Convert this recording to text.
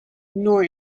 nor